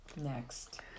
next